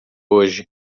hoje